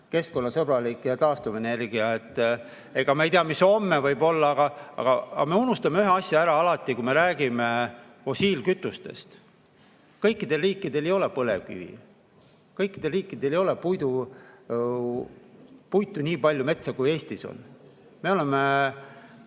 keskkonnasõbralik ja taastuvenergia. Ega me ei tea, mis homme võib olla. Aga me unustame ühe asja ära alati, kui me räägime fossiilkütustest. Kõikidel riikidel ei ole põlevkivi. Kõikidel riikidel ei ole puitu, nii palju metsa, kui Eestis on. Me oleme,